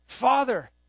father